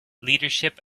leadership